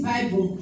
Bible